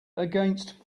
against